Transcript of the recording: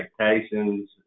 expectations